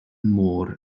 môr